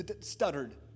stuttered